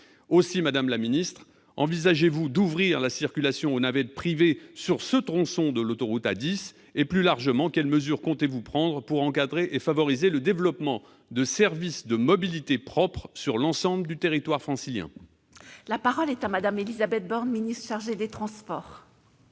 Aussi, madame la ministre, envisagez-vous d'ouvrir la circulation aux navettes privées sur ce tronçon de l'autoroute A10 ? Plus largement, quelles mesures comptez-vous prendre pour encadrer et favoriser le développement de services de mobilités propres sur l'ensemble du territoire francilien ? La parole est à Mme la ministre. Monsieur